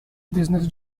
business